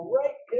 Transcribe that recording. right